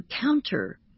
counter